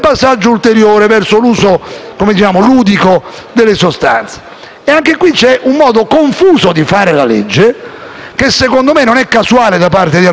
caso c'è un modo confuso di fare la legge che, secondo me, non è casuale da parte di alcuni. I familiari o il familiare sembra una banalità, ma non lo è.